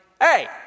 hey